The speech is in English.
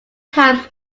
times